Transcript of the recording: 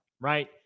right